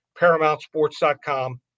ParamountSports.com